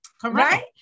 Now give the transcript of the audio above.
Correct